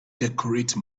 decorate